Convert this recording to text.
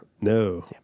No